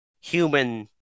human